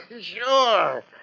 Sure